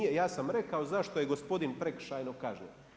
Ja sam rekao zašto je gospodin prekršajno kažnjen.